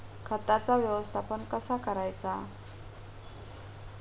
खताचा व्यवस्थापन कसा करायचा?